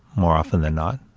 more often than not.